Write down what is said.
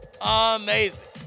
Amazing